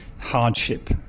hardship